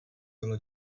bylo